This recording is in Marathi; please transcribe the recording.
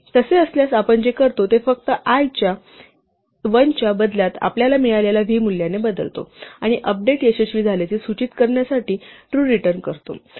तसे असल्यास आपण जे करतो ते फक्त i च्या l च्या बदल्यात आपल्याला मिळालेल्या v मूल्याने बदलतो आणि अपडेट यशस्वी झाल्याचे सूचित करण्यासाठी ट्रू रिटर्न करतो